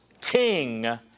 king